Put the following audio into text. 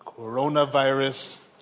coronavirus